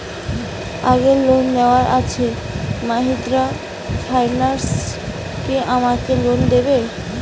আগের লোন নেওয়া আছে মাহিন্দ্রা ফাইন্যান্স কি আমাকে লোন দেবে?